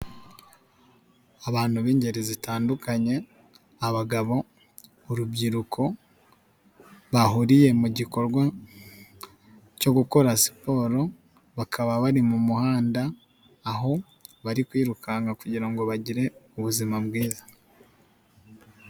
Abantu b'ingeri zitandukanye abagabo, urubyiruko, bahuriye mu gikorwa cyo gukora siporo bakaba bari mu muhanda aho bari kwirukanka kugira ngo bagire ubuzima bwiza.